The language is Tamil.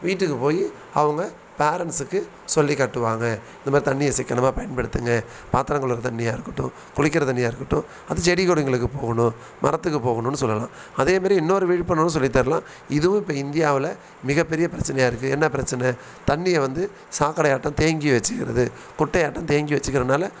வீட்டுக்கு போய் அவங்க பேரன்ட்ஸுக்கு சொல்லி காட்டுவாங்க இந்த மாதிரி தண்ணியை சிக்கனமாக பயன்படுத்துங்க பாத்திரம் கழுவுகிற தண்ணியாருக்கட்டும் குளிக்கிற தண்ணியாருக்கட்டும் அது செடி கொடிகளுக்கு போகணும் மரத்துக்கு போகணும்னு சொல்லலாம் அதே மாரி இன்னொரு விழிப்புணர்வு சொல்லித்தரலாம் இதுவும் இப்போ இந்தியாவில மிகப்பெரிய பிரச்சனையாகருக்கு என்ன பிரச்சனை தண்ணியை வந்து சாக்கடையாட்டம் தேங்கி வச்சிக்கிறது குட்டையாட்டம் தேங்கி வச்சிகிறதனால